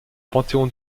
panthéon